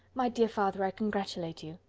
my dear father, i congratulate you.